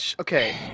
Okay